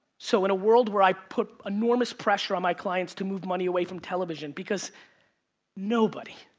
so in a world where i put enormous pressure on my clients to move money away from television because nobody,